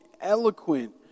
eloquent